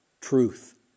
truth